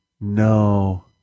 No